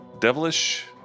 Devilish